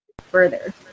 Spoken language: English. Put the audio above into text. further